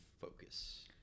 focus